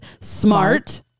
Smart